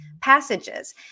passages